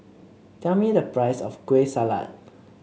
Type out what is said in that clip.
tell me the price of Kueh Salat